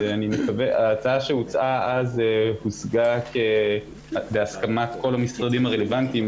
ההצעה שהוצעה אז הושגה בהסכמת כל המשרדים הרלוונטיים,